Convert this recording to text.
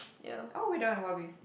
oh we don't have hobbies